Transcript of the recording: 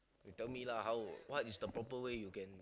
you tell me lah what is the proper way you can